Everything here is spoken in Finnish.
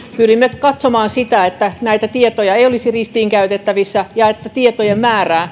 pyrimme katsomaan sitä että näitä tietoja ei olisi ristiin käytettävissä ja että tietojen määrää